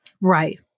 Right